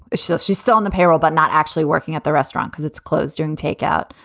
ah she says she's still on the payroll, but not actually working at the restaurant because it's closed during takeout.